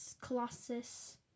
Colossus